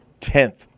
10th